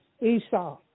Esau